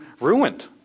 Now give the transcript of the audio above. ruined